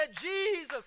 Jesus